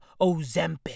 Ozempic